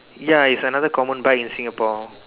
ya it's another common bike in Singapore ya